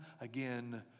again